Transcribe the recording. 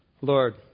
Lord